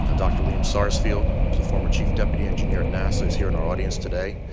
ah dr. liam sarsfield, who's the former chief deputy engineer at nasa, is here in our audience today.